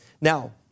Now